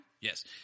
yes